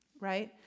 Right